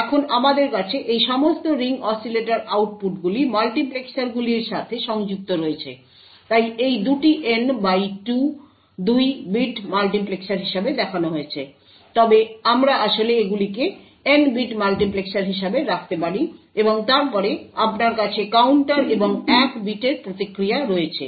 এখন আমাদের কাছে এই সমস্ত রিং অসিলেটর আউটপুটগুলি মাল্টিপ্লেক্সারগুলির সাথে সংযুক্ত রয়েছে তাই এটি দুটি N বাই 2 বিট মাল্টিপ্লেক্সার হিসাবে দেখানো হয়েছে তবে আমরা আসলে সেগুলিকে N বিট মাল্টিপ্লেক্সার হিসাবে রাখতে পারি এবং তারপরে আপনার কাছে কাউন্টার এবং 1 বিটের প্রতিক্রিয়া রয়েছে